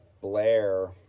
Blair